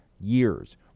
years